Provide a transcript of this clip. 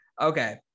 Okay